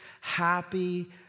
happy